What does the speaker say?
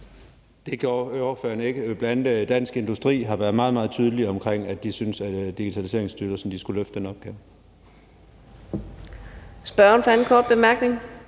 Det gjorde ordføreren ikke. Bl.a. Dansk Industri har været meget, meget tydelige om, at de synes, at Digitaliseringsstyrelsen skulle løfte den opgave.